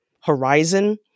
horizon